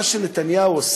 מה שנתניהו,